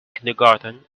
kindergarten